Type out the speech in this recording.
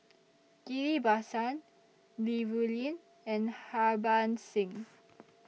Ghillie BaSan Li Rulin and Harbans Singh